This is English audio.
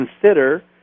consider